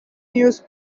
news